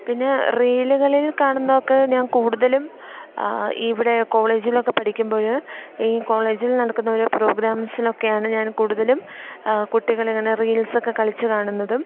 പിന്നെ റീലുകളിൽ കാണുന്നതൊക്കെ ഞാൻ കൂടുതലും ഇവിടെ കോളേജിലൊക്കെ പഠിക്കുമ്പോഴ് ഈ കോളേജിൽ നടക്കുന്ന ഓരോ പ്രോഗ്രാംസിലൊക്കെയാണ് ഞാൻ കൂടുതലും കുട്ടികളിങ്ങനെ റീൽസ് ഒക്കെ കളിച്ച് കാണുന്നതും